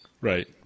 Right